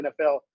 NFL